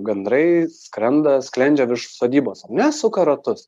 gandrai skrenda sklendžia virš sodybos ar ne suka ratus